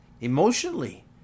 Emotionally